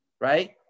right